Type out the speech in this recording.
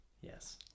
Yes